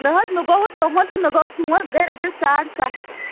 نہٕ حظ نَہ گوٚو وَ تُہُنٛد تہٕ نَہ گوٚو سون گٔے رۄپیَس ساڑ سَتھ ہَتھ